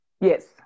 yes